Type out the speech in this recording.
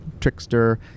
trickster